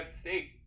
State